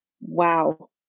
Wow